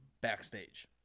backstage